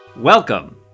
Welcome